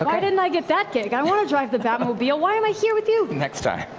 ah why didn't i get that gig? i want to drive the batmobile. why am i here with you? next time.